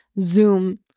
Zoom